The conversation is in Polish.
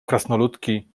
krasnoludki